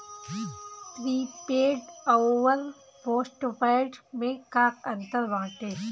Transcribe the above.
Prepaid अउर postpaid में का अंतर बाटे?